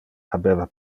habeva